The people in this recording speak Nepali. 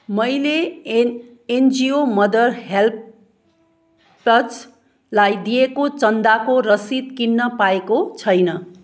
मैले एनजिओ मदर हेल्प टचलाई दिएको चन्दाको रसिद किन पाएको छैन